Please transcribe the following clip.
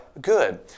good